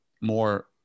more